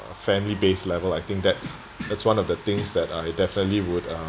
uh family base level I think that's that's one of the things that I definitely would uh